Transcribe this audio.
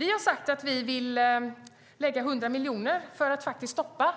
Vi har sagt att vi vill lägga 100 miljoner för att stoppa